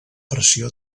pressió